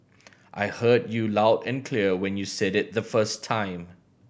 I heard you loud and clear when you said it the first time